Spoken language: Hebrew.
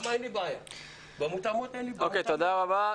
תודה רבה.